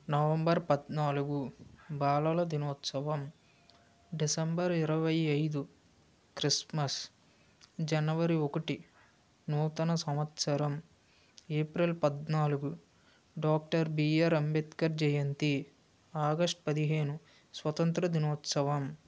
November పద్నాలుగు బాలల దినోత్సవం డిసెంబర్ ఇరవై ఐదు క్రిస్మస్ జనవరి ఒకటి నూతన సంవత్సరం ఏప్రిల్ పద్నాలుగు డాక్టర్ బీఆర్ అంబేద్కర్ జయంతి ఆగస్ట్ పదిహేను స్వాతంత్ర దినోత్సవం